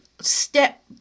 step